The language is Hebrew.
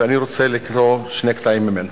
ואני רוצה לקרוא שני קטעים ממנו.